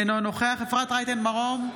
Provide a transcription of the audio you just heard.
אינו נוכח אפרת רייטן מרום,